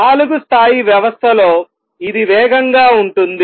నాలుగు స్థాయి వ్యవస్థలో ఇది వేగంగా ఉంటుంది